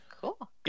Cool